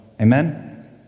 Amen